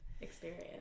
Experience